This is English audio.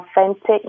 authentic